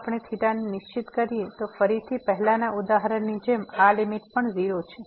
તેથી જો આપણે θ ને નિશ્ચિત કરીએ તો ફરીથી પહેલાના ઉદાહરણની જેમ આ લીમીટ પણ 0